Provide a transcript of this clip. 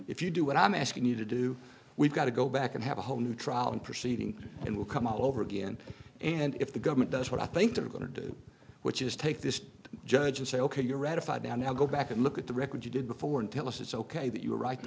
if you do what i'm asking you to do we've got to go back and have a whole new trial in proceeding and we'll come out all over again and if the government does what i think they're going to do which is take this judge and say ok you're ratified now now go back and look at the record you did before and tell us it's ok that you were right the